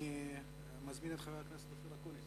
אני מזמין את חבר הכנסת אופיר אקוניס.